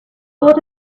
got